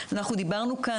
דיברנו כאן